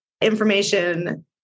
information